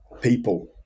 people